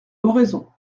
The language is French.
oraison